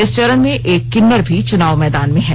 इस चरण में एक किन्नर भी चुनाव मैदान में है